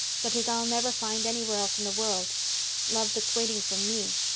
such as i'll never find anywhere else in the world love that's waiting for me.